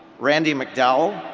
randy mcdowell,